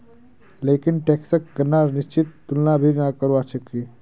लेकिन टैक्सक गणनार निश्चित तुलना नी करवा सक छी